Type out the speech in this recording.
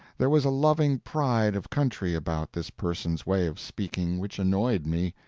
there was a loving pride of country about this person's way of speaking which annoyed me.